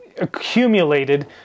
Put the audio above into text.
accumulated